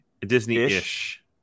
Disney-ish